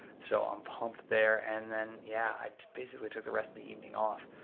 so i'm pumped there. and then, yeah, i basically took the rest of the evening off.